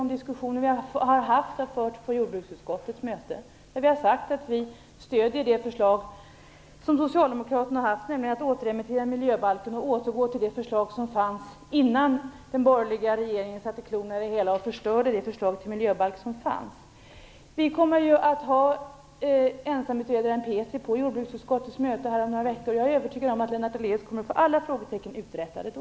De diskussioner vi har haft har förts på jordbruksutskottets möten. Vi har sagt att vi stöder det förslag som Socialdemokraterna har lagt fram, nämligen att återremittera miljöbalken och återgå till det förslag som fanns innan den borgerliga regeringen satte klorna i det hela och förstörde det förslag till miljöbalk som fanns. Ensamutredaren Petri kommer att vara med på jordbruksutskottets möte om några veckor. Jag är övertygad om att Lennart Daléus kommer att få alla frågetecken uträtade då.